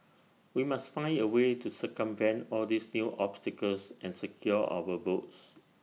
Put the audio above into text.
we must find A way to circumvent all these new obstacles and secure our votes